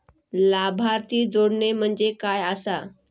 लाभार्थी जोडणे म्हणजे काय आसा?